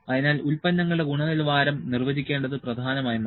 അതിനാൽ ഉൽപ്പന്നങ്ങളുടെ ഗുണനിലവാരം നിർവചിക്കേണ്ടത് പ്രധാനമായി മാറി